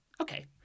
okay